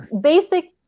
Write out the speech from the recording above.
basic